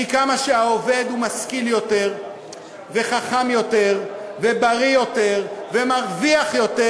כי כמה שהעובד הוא משכיל יותר וחכם יותר ובריא יותר ומרוויח יותר,